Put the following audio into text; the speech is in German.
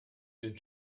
den